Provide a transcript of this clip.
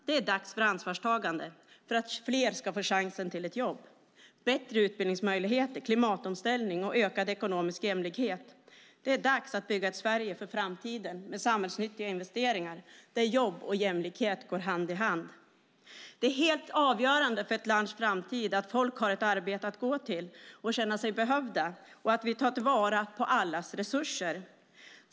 Det är dags för ansvarstagande för att fler ska få chansen till ett jobb, ansvarstagande för bättre utbildningsmöjligheter, klimatomställning och ökad ekonomisk jämlikhet. Det är dags att bygga ett Sverige för framtiden med samhällsnyttiga investeringar där jobb och jämlikhet går hand i hand. Det är helt avgörande för ett lands framtid att folk har ett arbete att gå till och känner sig behövda och att vi tar till vara allas resurser.